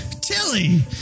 Tilly